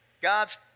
God's